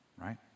right